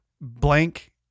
blank